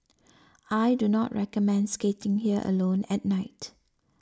I do not recommend skating here alone at night